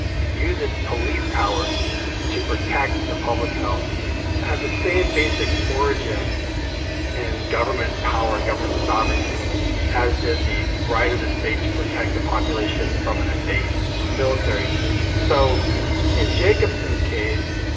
to use its police powers to protect the public health had the same basic origin in government power, government sovereignty as did the right of the state to protect the population from an invasion military invasion so in jacobson's case,